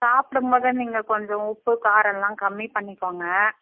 சாப்பிடும்போது நீங்கள் கொஞ்சம் உப்பு காரம்லாம் கம்மி பண்ணிக்கோங்க